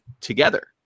together